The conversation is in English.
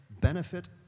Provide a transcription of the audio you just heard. benefit